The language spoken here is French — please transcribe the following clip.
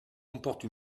comporte